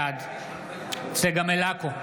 בעד צגה מלקו,